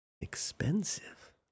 Expensive